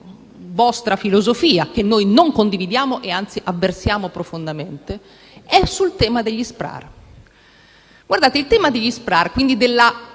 vostra filosofia, che noi non condividiamo e anzi avversiamo profondamente, riguarda gli SPRAR.